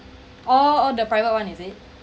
oh oh the private [one] is it